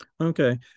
Okay